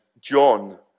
John